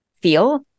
feel